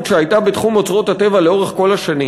שהייתה בתחום אוצרות הטבע לאורך כל השנים,